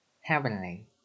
Heavenly